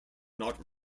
not